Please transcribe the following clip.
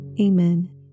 Amen